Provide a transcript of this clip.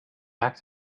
back